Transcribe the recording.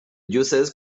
diocèse